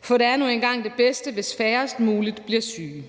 For det er nu engang det bedste, hvis færrest mulige bliver syge,